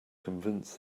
convince